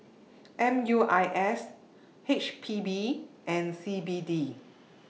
M U I S H P B and C B D